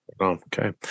Okay